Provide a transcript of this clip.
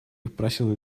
попросил